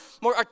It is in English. more